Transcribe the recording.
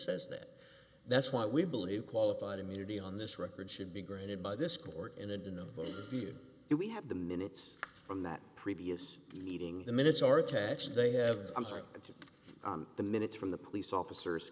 says that that's why we believe qualified immunity on this record should be granted by this court and in the defeated we have the minutes from that previous meeting the minutes are attached they have i'm sorry the minutes from the police officers